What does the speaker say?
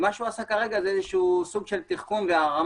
מה שהוא עשה כרגע זה סוג של תחכום והערמה